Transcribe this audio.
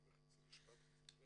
אני